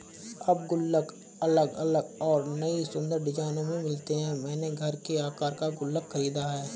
अब गुल्लक अलग अलग और नयी सुन्दर डिज़ाइनों में मिलते हैं मैंने घर के आकर का गुल्लक खरीदा है